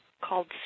called